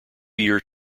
year